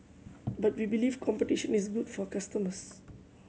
but we believe competition is good for customers